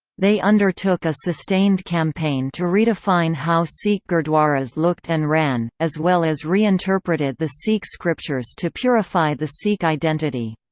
they undertook a sustained campaign to redefine how sikh gurdwaras looked and ran, as well as reinterpreted the sikh scriptures to purify the sikh identity.